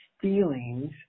feelings